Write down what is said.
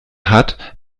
hat